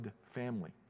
family